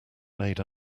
made